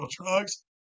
drugs